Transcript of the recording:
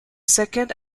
second